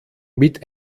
mit